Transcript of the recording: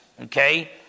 okay